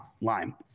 lime